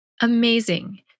Amazing